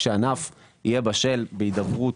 כשהענף יהיה בשל בהידברות,